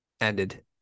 ended